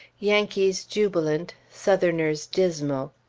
yankees jubilant, southerners dismal.